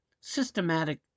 systematic